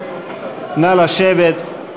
נא לשבת.